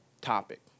topic